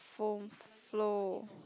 foam flow